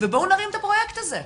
ובואו נרים את הפרויקט הזה,